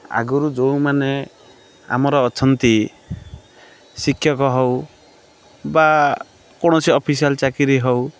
ଆଗୁରୁ ଯୋଉ ମାନେ ଆମର ଅଛନ୍ତି ଶିକ୍ଷକ ହଉ ବା କୌଣସି ଅଫିସିଆଲ୍ ଚାକିରି ହଉ